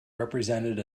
represented